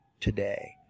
today